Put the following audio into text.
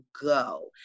go